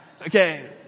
Okay